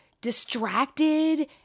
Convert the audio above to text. distracted